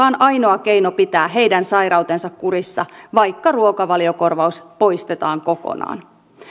on ainoa keino pitää heidän sairautensa kurissa vaikka ruokavaliokorvaus poistetaan kokonaan